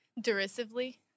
Derisively